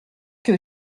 que